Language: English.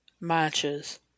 matches